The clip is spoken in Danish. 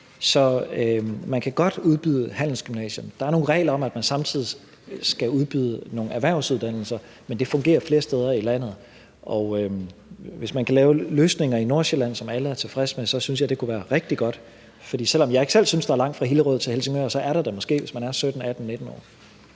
man kan godt udbyde handelsgymnasierne. Der er nogle regler om, at man samtidig skal udbyde nogle erhvervsuddannelser, men det fungerer flere steder i landet, og hvis man kan lave løsninger i Nordsjælland, som alle er tilfredse med, så synes jeg, det kunne være rigtig godt. For selv om jeg ikke selv synes, der er langt fra Hillerød til Helsingør, er der det måske, hvis man er 17, 18,